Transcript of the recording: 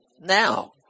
now